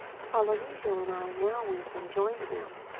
polynesia and i now went and joined them.